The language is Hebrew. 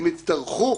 הן יצטרכו